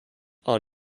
are